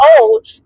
old